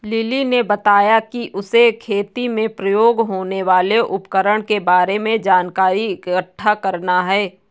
lily ने बताया कि उसे खेती में प्रयोग होने वाले उपकरण के बारे में जानकारी इकट्ठा करना है